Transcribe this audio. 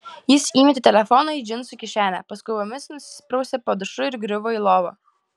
jis įmetė telefoną į džinsų kišenę paskubomis nusiprausė po dušu ir griuvo į lovą